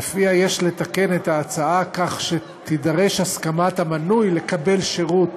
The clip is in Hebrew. שלפיה יש לתקן את ההצעה כך שתידרש הסכמת המנוי לקבל שירות